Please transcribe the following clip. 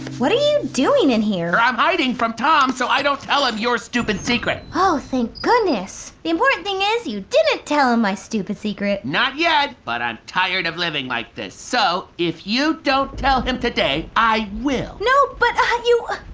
what are you doing in here? i'm hiding from tom so i don't tell him your stupid secret. oh thank goodness. the important thing is, you didn't tell him my stupid secret. not yet but i'm tired of living like this so, if you don't tell him today, i will. no, but ah you,